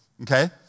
okay